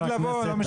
לא.